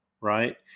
right